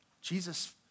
Jesus